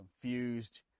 confused